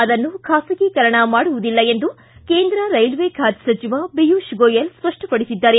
ಅದನ್ನು ಖಾಸಗೀಕರಣ ಮಾಡುವುದಿಲ್ಲ ಎಂದು ಕೇಂದ್ರ ರೈಲ್ವೆ ಖಾತೆ ಸಚಿವ ಪಿಯುಷ್ ಗೋಯಲ್ ಸ್ಪಷ್ಟಪಡಿಸಿದ್ದಾರೆ